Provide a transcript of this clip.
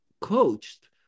coached